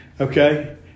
Okay